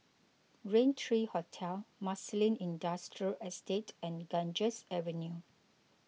Raintree Hotel Marsiling Industrial Estate and Ganges Avenue